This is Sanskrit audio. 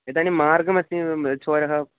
इदानीं मार्गमस्ति मम चोरः